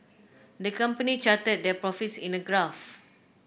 the company charted their profits in a graph